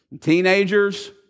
teenagers